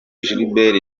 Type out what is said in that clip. gilbert